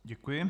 Děkuji.